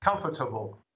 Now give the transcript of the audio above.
comfortable